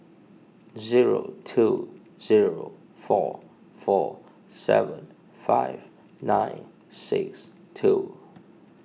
zero two zero four four seven five nine six two